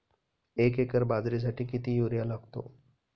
एक एकर बाजरीसाठी किती युरिया लागतो?